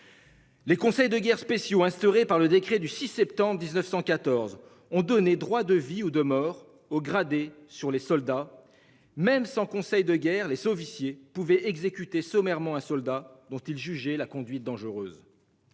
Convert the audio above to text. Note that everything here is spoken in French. Les conseils de guerre spéciaux instaurés par le décret du 6 septembre 1914 ont donné droit de vie ou de mort haut gradé sur les soldats. Même sans conseil de guerre, les officiers pouvait exécuté sommairement soldat dont il jugeait la conduite dangereuse.